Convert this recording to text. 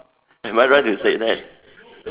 am I right to say that